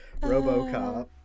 RoboCop